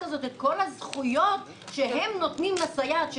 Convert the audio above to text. הזאת את כל הזכויות שהם נותנים לסייעת.